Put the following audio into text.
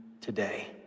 today